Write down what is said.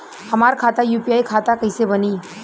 हमार खाता यू.पी.आई खाता कईसे बनी?